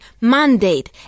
mandate